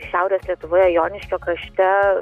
šiaurės lietuvoje joniškio krašte